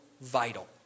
vital